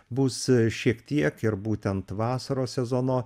bus šiek tiek ir būtent vasaros sezono